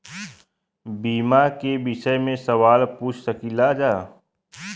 बीमा के विषय मे सवाल पूछ सकीलाजा?